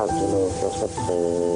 במקרה הזה הגיבורות , כולן, הנערות, הנשים,